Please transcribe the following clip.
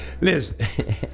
Listen